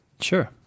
Sure